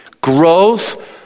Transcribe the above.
growth